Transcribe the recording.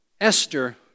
Esther